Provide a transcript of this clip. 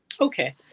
Okay